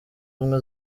ubumwe